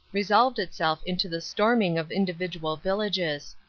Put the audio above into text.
resolved itself into the storm ing of individual villages.